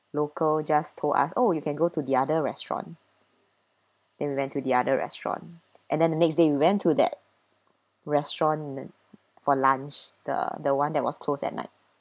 local just told us oh you can go to the other restaurant then we went to the other restaurant and then the next day we went to that restaurant for lunch the the one that was close at night